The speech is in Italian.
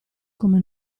come